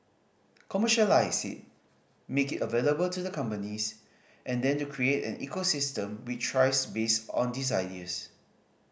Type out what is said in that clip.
commercialise it make it available to the companies and then to create an ecosystem which thrives based on these ideas